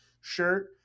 shirt